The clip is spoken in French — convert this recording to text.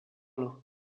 lin